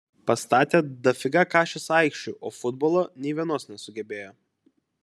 pastatė dafiga kašės aikščių o futbolo nei vienos nesugebėjo